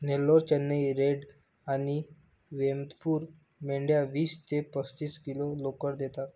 Nellore, Chennai red आणि वेमपूर मेंढ्या वीस ते पस्तीस किलो लोकर देतात